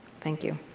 thank you.